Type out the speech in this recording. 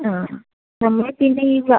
ആ നമ്മള് പിന്നെ ഈ